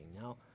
now